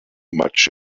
much